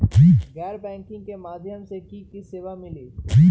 गैर बैंकिंग के माध्यम से की की सेवा मिली?